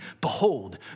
behold